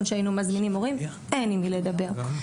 שבו היינו מזמינים ספציפית את ההורים אין עם מי לדבר ופה,